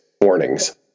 warnings